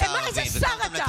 איזה שר אתה?